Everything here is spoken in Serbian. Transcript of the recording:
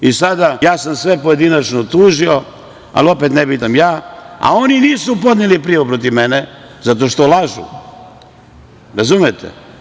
Ja sam sve pojedinačno tužio, ali opet nebitan sam ja, a oni nisu podneli prijavu protiv mene zato što lažu, razumete.